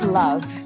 love